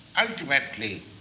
ultimately